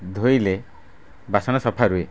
ଧୋଇଲେ ବାସନ ସଫା ରୁହେ